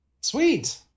sweet